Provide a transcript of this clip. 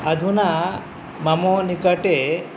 अधुना मम निकटे